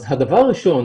אז הדבר הראשון